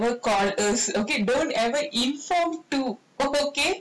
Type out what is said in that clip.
don't ever call us okay don't ever inform to go okay